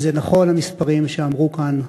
וזה נכון המספרים שאמרו כאן,